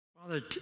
Father